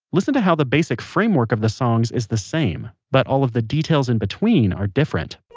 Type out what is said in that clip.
listen to how the basic framework of the songs is the same, but all of the details in between are different,